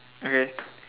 okay